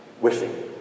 wishing